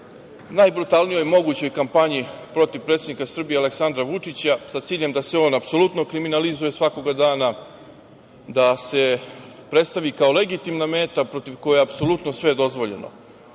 najbrutalnijoj mogućoj kampanji protiv predsednika Srbije Aleksandra Vučića, a sa ciljem da se on apsolutno kriminalizuje svakog dana, da se predstavi kao legitimna meta protiv koje je apsolutno sve dozvoljeno,